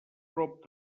prop